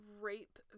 rape